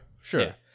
sure